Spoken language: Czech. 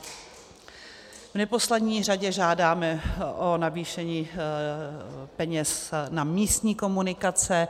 V neposlední řadě žádáme o navýšení peněz na místní komunikace.